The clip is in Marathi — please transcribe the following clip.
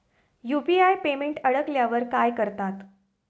यु.पी.आय पेमेंट अडकल्यावर काय करतात?